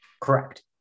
Correct